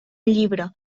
llibre